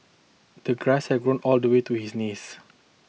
the grass had grown all the way to his knees